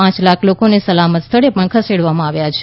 પાંચ લાખ લોકોને સલામત સ્થળે ખસેડવામાં આવ્યા છે